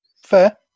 Fair